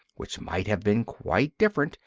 which might have been quite different,